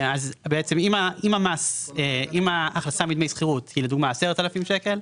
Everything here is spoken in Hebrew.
בעצם, אם ההכנסה מדמי שכירות היא 10,000 ₪,